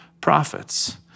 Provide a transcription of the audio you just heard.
prophets